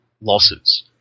losses